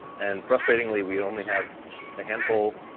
and, frustratingly, we only have a handful,